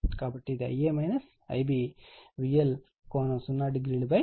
కాబట్టి ఇది Ia Ib VL ∠00 ZY